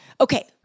Okay